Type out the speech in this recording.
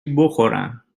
بخورم